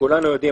כולנו יודעים,